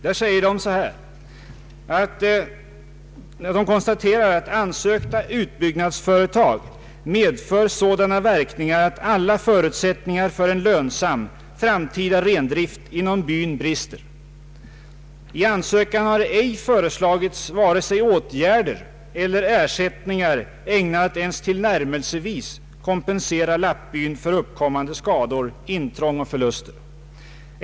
”Sörkaitums sameby konstaterar sammanfattningsvis att ansökta utbyggnadsföretag medför sådana verkningar att alla förutsättningar för en lönsam, framtida rendrift inom byn brister. I ansökan har ej föreslagits vare sig åtgärder eller ersättningar ägnade att ens tillnärmelsevis kompensera lappbyn för uppkommande skador, intrång och förluster.